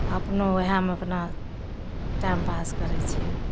अपनो ओहिमे अपना टाइम पास करै छियै